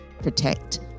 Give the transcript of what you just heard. protect